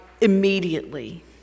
immediately